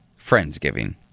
Friendsgiving